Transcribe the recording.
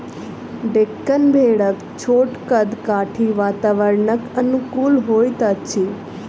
डेक्कन भेड़क छोट कद काठी वातावरणक अनुकूल होइत अछि